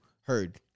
heard